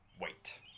Wait